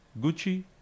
Gucci